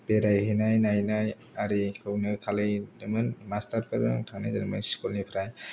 बेरायहैनाय नायनाय आरिखौनो खालामदोंमोन मास्टारफोरजों थांनाय जादोंमोन स्कुलनिफ्राय